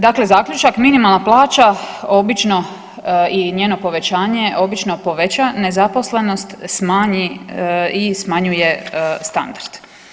Dakle zaključak, minimalna plaća obično i njeno povećanje obično poveća nezaposlenost i smanjuje standard.